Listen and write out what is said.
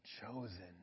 chosen